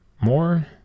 more